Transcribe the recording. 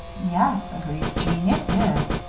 yes, agreed jeanne, it is.